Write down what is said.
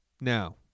Now